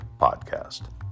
Podcast